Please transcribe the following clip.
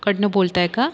कडनं बोलताय का